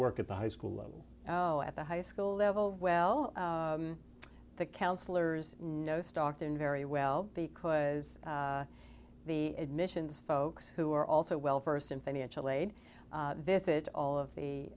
work at the high school level oh at the high school level well the counselors know stockton very well because the admissions folks who are also well versed in financial aid this it all of the